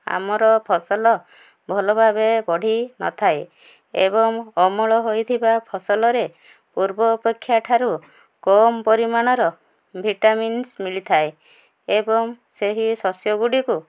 ଆମର ଫସଲ ଭଲ ଭାବେ ବଢ଼ିନଥାଏ ଏବଂ ଅମଳ ହୋଇଥିବା ଫସଲରେ ପୂର୍ବ ଅପେକ୍ଷା ଠାରୁ କମ୍ ପରିମାଣର ଭିଟାମିନ୍ସ ମିଳିଥାଏ ଏବଂ ସେହି ଶସ୍ୟ ଗୁଡ଼ିକୁ